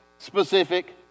specific